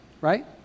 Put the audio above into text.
right